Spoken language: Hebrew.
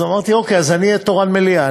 אז אמרתי: אוקיי, אז אני אהיה תורן מליאה.